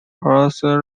horse